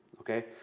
okay